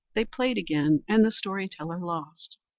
they played again, and the story-teller lost.